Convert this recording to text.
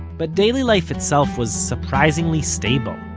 but daily life itself was surprisingly stable.